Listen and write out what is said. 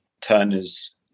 Turner's